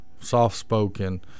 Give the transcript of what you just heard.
soft-spoken